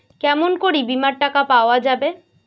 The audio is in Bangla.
কেমন করি বীমার টাকা পাওয়া যাবে?